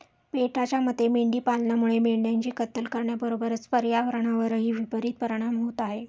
पेटाच्या मते मेंढी पालनामुळे मेंढ्यांची कत्तल करण्याबरोबरच पर्यावरणावरही विपरित परिणाम होत आहे